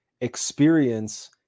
experience